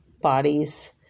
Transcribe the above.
bodies